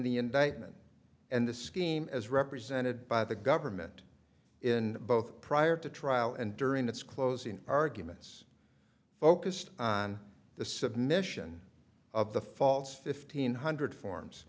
the indictment and the scheme as represented by the government in both prior to trial and during its closing arguments focused on the submission of the false fifteen hundred forms